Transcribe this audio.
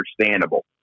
understandable